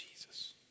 Jesus